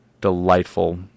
delightful